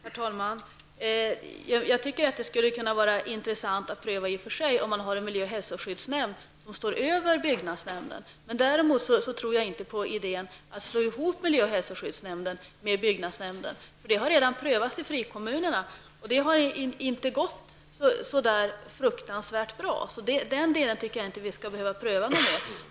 Herr talman! Det skulle i och för sig vara intressant att pröva att ha en miljö och hälsoskyddsnämnd som står över byggnadsnämnden. Däremot tror jag inte på idén att slå ihop miljö och hälsoskyddsnämnden med byggnadsnämnden. Det har redan prövats i frikommunerna, och det har inte gått särskilt bra. Jag tycker därför inte att vi skall behöva pröva den delen något mer.